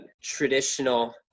traditional